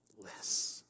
less